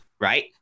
Right